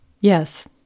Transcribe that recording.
Yes